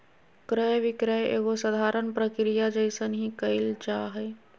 क्रय विक्रय एगो साधारण प्रक्रिया जइसन ही क़इल जा हइ